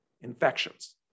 infections